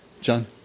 John